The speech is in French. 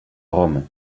rome